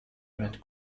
red